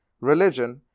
religion